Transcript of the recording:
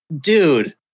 dude